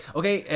okay